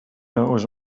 knows